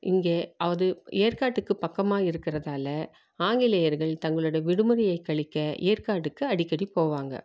இங்கே அது ஏற்காடுக்கு பக்கமாக இருக்கறதால ஆங்கிலேயர்கள் தங்களுடைய விடுமுறையை கழிக்க ஏற்காடுக்கு அடிக்கடி போவாங்க